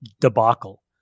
debacle